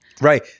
Right